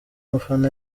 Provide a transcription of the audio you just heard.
mufana